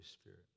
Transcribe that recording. Spirit